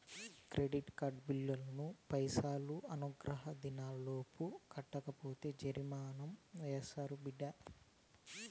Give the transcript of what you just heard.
credit card బిల్లులు పైసలు అనుగ్రహ దినాలలోపు కట్టకపోతే జరిమానా యాస్తారు బిడ్డా